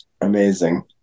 Amazing